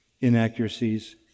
inaccuracies